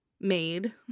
made